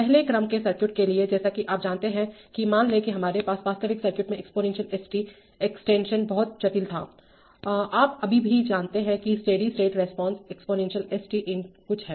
पहले क्रम के सर्किट के लिए जैसा कि आप जानते हैं कि मान लें कि हमारे पास वास्तविक सर्किट में एक्सपोनेंशियल s t एक्सटेंशन बहुत जटिल था आप अभी भी जानते हैं कि steady state response exponential s t × कुछ है